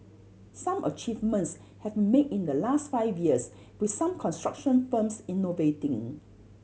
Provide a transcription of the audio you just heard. some achievements have made in the last five years with some construction firms innovating